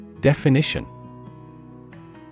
Definition